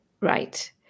right